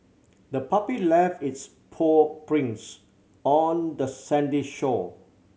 the puppy left its paw prints on the sandy shore